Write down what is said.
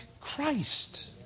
Christ